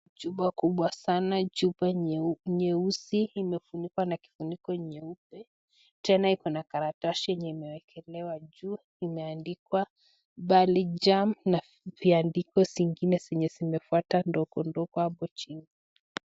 Chupa kubwa sana, chupa nyeu nyeusi, imefunikwa na kifuniko nyeupe tena iko na karatasi yenye imeekelewa juu imeandikwa Barley jam na viandiko zingine zenye zimefuata ndogo ndogo hapo chini.